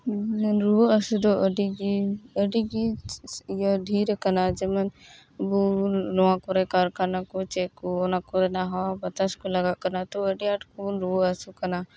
ᱨᱩᱣᱟᱹᱜ ᱦᱟᱹᱥᱩ ᱫᱚ ᱟᱹᱰᱤ ᱜᱮ ᱟᱹᱰᱤ ᱜᱮ ᱤᱭᱟᱹ ᱰᱷᱮᱨ ᱟᱠᱟᱱᱟ ᱡᱮᱢᱚᱱ ᱜᱩᱜᱩᱞ ᱱᱚᱣᱟ ᱠᱚᱨᱮ ᱠᱟᱨᱠᱷᱟᱱᱟ ᱠᱚ ᱪᱮᱫ ᱠᱚ ᱚᱱᱟ ᱠᱚᱨᱮᱱᱟᱜ ᱦᱟᱣᱟ ᱵᱟᱛᱟᱥ ᱠᱚ ᱞᱟᱜᱟᱜ ᱠᱟᱱᱟ ᱛᱚ ᱟᱹᱰᱤ ᱟᱸᱴ ᱵᱚᱱ ᱨᱩᱣᱟᱹ ᱦᱟᱹᱥᱩᱜ ᱠᱟᱱᱟ